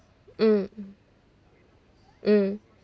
mm mm